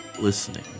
listening